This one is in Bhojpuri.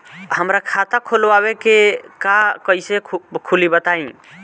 हमरा खाता खोलवावे के बा कइसे खुली बताईं?